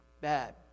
bad